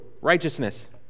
righteousness